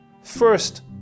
first